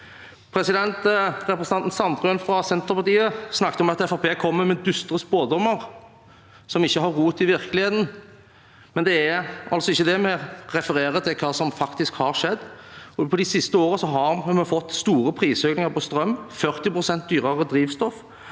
heller. Representanten Sandtrøen fra Senterpartiet snakket om at Fremskrittspartiet kommer med dystre spådommer som ikke har rot i virkeligheten, men det er altså ikke det vi gjør. Vi refererer til hva som faktisk har skjedd. De siste årene har vi fått store prisøkninger på strøm og 40 pst. dyrere drivstoff.